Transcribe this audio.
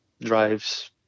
drives